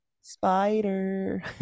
spider